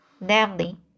Namely